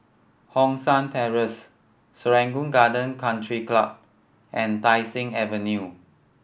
Hong San Terrace Serangoon Garden Country Club and Tai Seng Avenue